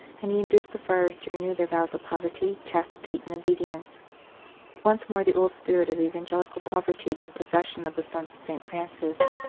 and he induced the friars to renew their vows of poverty, chastity, and obedience once more the old spirit of evan gelical poverty took possession of the sons of st. francis,